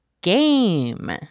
game